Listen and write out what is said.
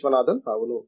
విశ్వనాథన్ అవును